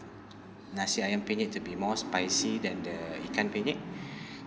nasi ayam penyet to be more spicy than the ikan penyet